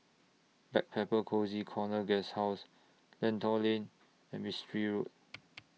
Backpacker Cozy Corner Guesthouse Lentor Lane and Mistri Road